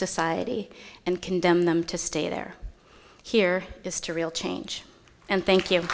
society and condemn them to stay there here is to real change and thank you